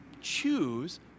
choose